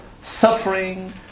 suffering